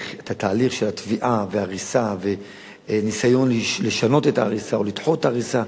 את התהליך של התביעה וההריסה וניסיון לשנות את ההריסה או לדחות הריסה,